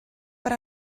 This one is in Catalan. per